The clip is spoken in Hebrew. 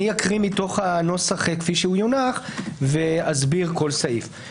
אקריא מהנוסח כפי שיונח ואסביר כל סעיף.